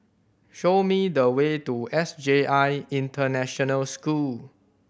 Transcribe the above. show me the way to S J I International School